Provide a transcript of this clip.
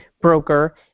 broker